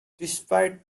despite